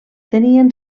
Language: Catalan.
tenien